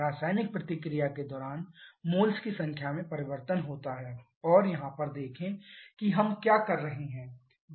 रासायनिक प्रतिक्रिया के दौरान मोल्स की संख्या में परिवर्तन होता है और यहाँ पर देखेें कि हम क्या कर रहे हैं